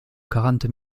quarante